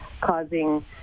causing